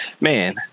man